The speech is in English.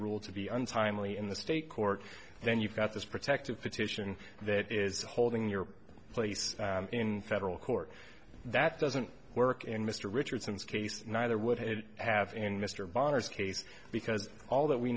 rule to be untimely in the state court then you've got this protective petition that is holding your place in federal court that doesn't work in mr richardson's case neither would it have in mr bonders case because all that we